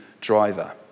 driver